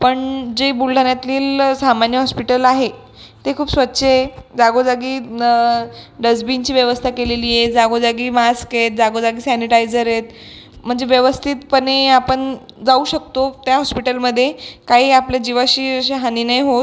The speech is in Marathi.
पण जे बुलढाण्यातील सामान्य हॉस्पिटल आहे ते खूप स्वच्छ आहे जागोजागी डस्टबिनची व्यवस्था केलेली आहे जागोजागी मास्क आहेत जागोजागी सॅनिटायझर आहेत म्हणजे व्यवस्थितपणे आपण जाऊ शकतो त्या हॉस्पिटलमध्ये काही आपल्या जीवाशी अशी हानी नाही होत